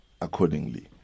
accordingly